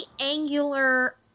angular